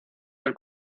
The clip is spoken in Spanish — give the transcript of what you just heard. del